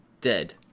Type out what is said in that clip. dead